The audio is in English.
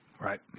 Right